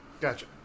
Gotcha